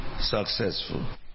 successful